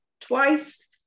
twice